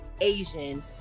Asian